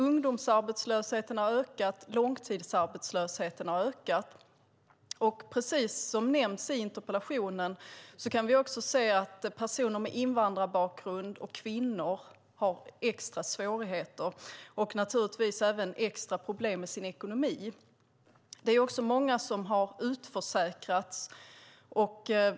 Ungdomsarbetslösheten och långtidsarbetslösheten har ökat. Precis som nämnts i interpellationen kan vi också se att personer med invandrarbakgrund och kvinnor har extra svårigheter och naturligtvis även extra problem med sin ekonomi. Det är också många som har utförsäkrats.